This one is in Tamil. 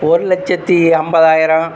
ஒரு லட்சத்தி ஐம்பதாயரம்